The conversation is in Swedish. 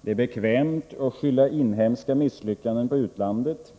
Det är bekvämt att skylla inhemska misslyckanden på utlandet.